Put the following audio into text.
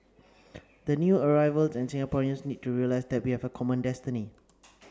the new arrivals and Singaporeans need to realise that we have a common destiny